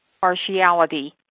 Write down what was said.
partiality